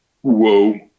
whoa